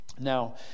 Now